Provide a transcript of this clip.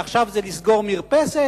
ועכשיו זה לסגור מרפסת.